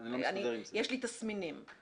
שלגביהם יש הסדרים ספציפיים בסעיפים 6 ו-7.